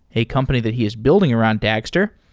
a company that he is building around dagster.